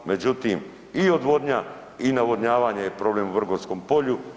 Međutim i odvodnja i navodnjavanje je problem u Vrgorskom polju.